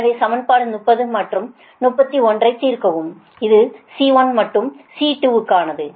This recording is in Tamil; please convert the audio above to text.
எனவே சமன்பாடு 30 மற்றும் 31 ஐ தீர்க்கவும் இது C1 மற்றும் C2 கானது